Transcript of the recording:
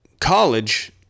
College